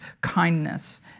kindness